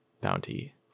bounty